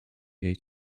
jej